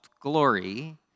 glory